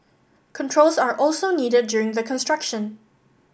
controls are also needed during the construction